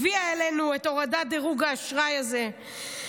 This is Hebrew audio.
הביאה עלינו את הורדת דירוג האשראי הזו.